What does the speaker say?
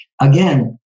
Again